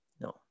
No